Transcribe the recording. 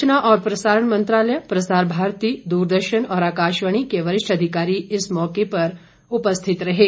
सूचना और प्रसारण मंत्रालय प्रसार भारती दूरदर्शन और आकाशवाणी के वरिष्ठ अधिकारी इस मौके पर उपस्थित थे